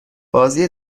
بازی